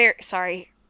Sorry